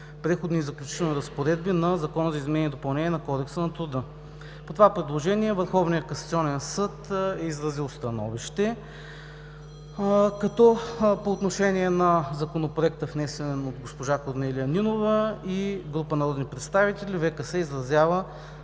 Преходни и заключителни разпоредби на Закона за изменение и допълнение на Кодекса на труда.“ По това предложение Върховният касационен съд е изразил становище, като по отношение на Законопроекта, внесен от госпожа Корнелия Нинова и група народни представители, Върховният